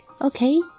Okay